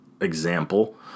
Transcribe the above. example